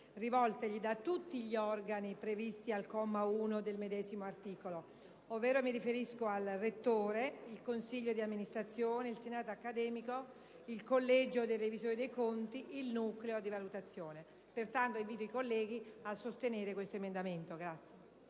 rivoltegli da tutti gli organi previsti al comma 1 del medesimo articolo, ovvero il rettore, il consiglio di amministrazione, il senato accademico, il collegio dei revisori dei conti e il nucleo di valutazione. Pertanto invito i colleghi a sostenere questo emendamento e